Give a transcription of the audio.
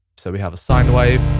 so we have a sine wave,